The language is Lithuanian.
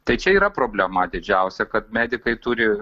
tai čia yra problema didžiausia kad medikai turi